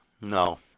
No